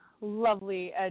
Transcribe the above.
lovely